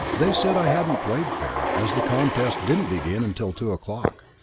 they said i hadn't played fair, as the contest didn't begin until two o'clock.